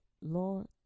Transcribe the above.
Lord